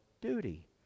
duty